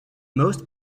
most